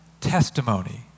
testimony